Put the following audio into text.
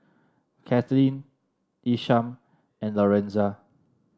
Kathlene Isham and Lorenza